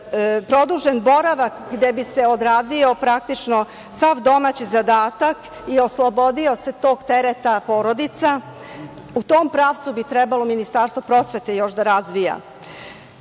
produžen boravak gde bi se odradio, praktično, sav domaći zadatak i oslobodila se tog tereta porodica, u tom pravcu bi trebalo Ministarstvo prosvete još da